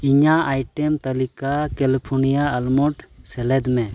ᱤᱧᱟᱹᱜ ᱟᱭᱴᱮᱢ ᱛᱟᱹᱞᱤᱠᱟ California almonds ᱥᱮᱞᱮᱫ ᱢᱮ